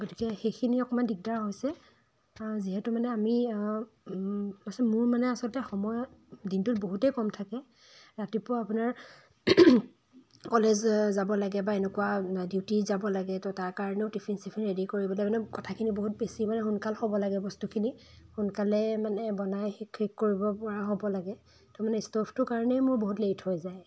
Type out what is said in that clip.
ৰ্গতিকে সেইখিনি অকণমান দিগদাৰ হৈছে যিহেতু মানে আমি আচলতে মোৰ মানে আচলতে সময়ৰ দিনটোত বহুতেই কম থাকে ৰাতিপুৱা আপোনাৰ কলেজ যাব লাগে বা এনেকুৱা ডিউটি যাব লাগে তো তাৰ কাৰণেও টিফিন চিফিন ৰেডি কৰিবলৈ মানে কথাখিনি বহুত বেছি মানে সোনকাল হ'ব লাগে বস্তুখিনি সোনকালে মানে বনাই শেষ কৰিব পৰা হ'ব লাগে তাৰমানে ষ্ট'ভটোৰ কাৰণেই মোৰ বহুত লেট হৈ যায়